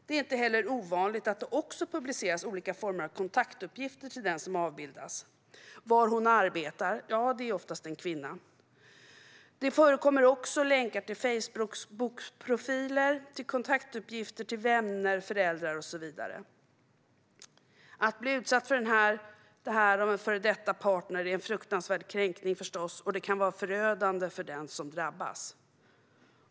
Det är inte heller ovanligt att det också publiceras olika former av kontaktuppgifter till den som avbildas, till exempel var hon arbetar - ja, det är oftast en kvinna. Det förekommer också länkar till Facebookprofiler, kontaktuppgifter till vänner, föräldrar och så vidare. Att bli utsatt för detta av en före detta partner är förstås en fruktansvärd kränkning, och det kan vara förödande för den som drabbas.